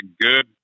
good